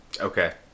Okay